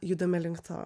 judame link to